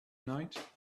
night